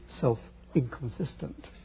self-inconsistent